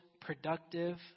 productive